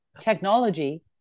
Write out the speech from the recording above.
technology